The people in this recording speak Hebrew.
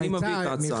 אני מביא את ההצעה.